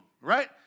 right